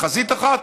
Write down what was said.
בחזית אחת,